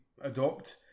adopt